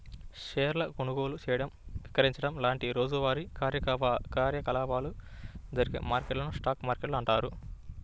షేర్ల కొనుగోలు చేయడం, విక్రయించడం లాంటి రోజువారీ కార్యకలాపాలు జరిగే మార్కెట్లను స్టాక్ మార్కెట్లు అంటారు